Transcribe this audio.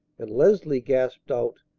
and leslie gasped out,